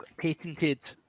patented